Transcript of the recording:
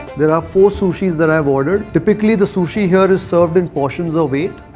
there are four sushis that i've ordered. typically the sushi here is served in portions of eight.